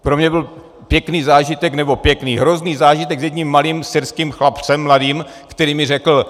Pro mě byl pěkný zážitek nebo pěkný hrozný zážitek s jedním malým syrským chlapcem, mladým, který mi řekl: